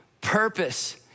Purpose